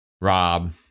Rob